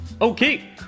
Okay